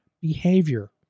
behavior